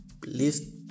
Please